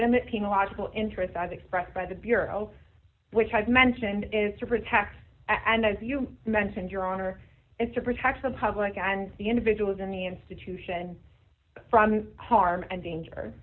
legitimate pain logical interest as expressed by the bureau which i've mentioned is to protect and as you mentioned your honor is to protect the public and the individuals in the institution from harm and danger